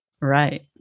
Right